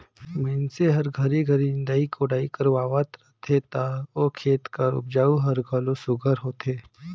मइनसे हर घरी घरी निंदई कोड़ई करवात रहथे ता ओ खेत कर उपज हर घलो सुग्घर होथे